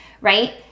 right